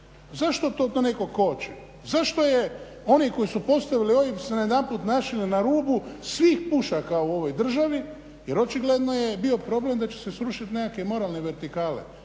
Zašto to netko koči? Zašto oni koji su postavili OIB se najedanput našli na rubu svih pušaka u ovoj državi, jer očigledno je bio problem da će se srušiti nekakve moralne vertikale.